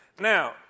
Now